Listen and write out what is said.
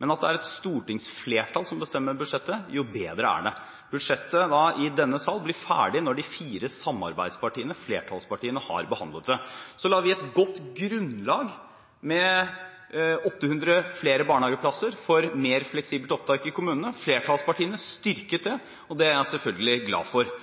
men at det er et stortingsflertall som bestemmer budsjettet, jo bedre er det. Budsjettet i denne sal blir ferdig når de fire samarbeidspartiene, flertallspartiene, har behandlet det. Så la vi et godt grunnlag, med 800 flere barnehageplasser, for et mer fleksibelt opptak i kommunene. Flertallspartiene styrket det, og det er jeg selvfølgelig glad for.